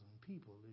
people